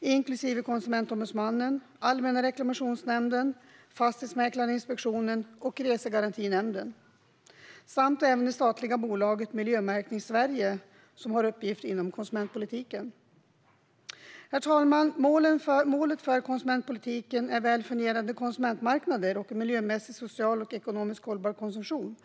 inklusive Konsumentombudsmannen, Allmänna reklamationsnämnden, Fastighetsmäklarinspektionen och Resegarantinämnden. Även det statliga bolaget Miljömärkning Sverige har uppgifter inom konsumentpolitiken. Herr talman! Målet för konsumentpolitiken är väl fungerande konsumentmarknader och en miljömässigt, socialt och ekonomiskt hållbar konsumtion.